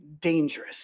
dangerous